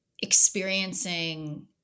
experiencing